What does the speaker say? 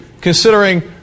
considering